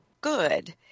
good